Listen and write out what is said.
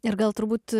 ir gal turbūt